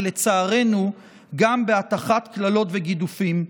ולצערנו גם בהטחת קללות וגידופים.